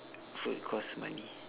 food cost money